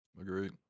agreed